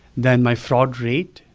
then my fraud rate,